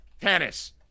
tennis